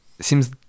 seems